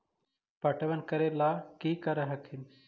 पटबन करे ला की कर हखिन?